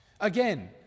Again